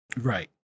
Right